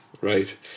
right